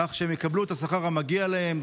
כך שהם יקבלו את השכר המגיע להם,